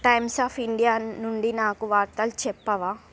times of India నుండి నాకు వార్తలు చెప్పవా